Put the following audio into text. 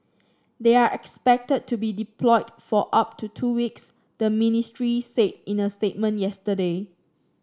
they are expected to be deployed for up to two weeks the ministry said in a statement yesterday